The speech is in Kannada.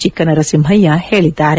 ಚಿಕ್ಕ ನರಸಿಂಪಯ್ಯ ಹೇಳಿದ್ದಾರೆ